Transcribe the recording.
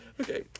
Okay